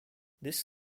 this